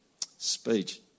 Speech